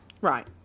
Right